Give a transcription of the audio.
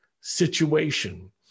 situation